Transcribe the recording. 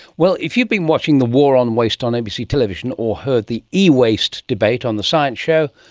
well, if you've been watching the war on waste on abc television or heard the the e-waste debate on the science show,